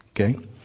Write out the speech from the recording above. okay